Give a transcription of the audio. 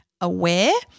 aware